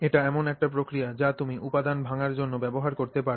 এটি এমন একটি প্রক্রিয়া যা তুমি উপাদান ভাঙ্গার জন্য ব্যবহার করতে পার